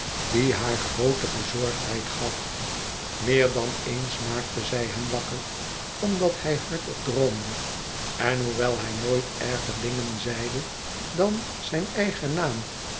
die haar groote bezorgdheid gaf meer dan eens maakte zij hem wakker omdat hij hardop droomde en hoewel hij nooit erger dingen zeide dan zijn eigen naam